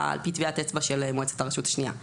על פי טביעת אצבע של מועצת הרשות השנייה.